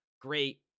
great